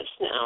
now